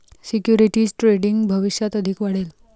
securities trading भविष्यात अधिक वाढेल